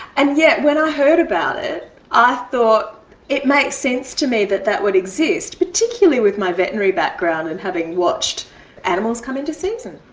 and yet when i heard about it i thought it makes sense to me that that would exist, particularly with my veterinary background and having watched animals come into season.